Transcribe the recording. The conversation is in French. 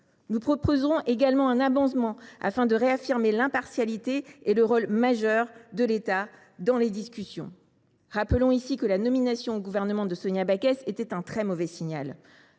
Nous proposerons également un amendement visant à réaffirmer l’impartialité et le rôle moteur de l’État dans les discussions. Rappelons ici que la nomination au Gouvernement de Sonia Backès fut un très mauvais signal.